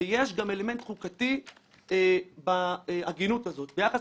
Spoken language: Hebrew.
ויש גם אלמנט חוקתי בהגינות הזאת ביחס